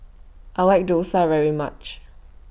I like Thosai very much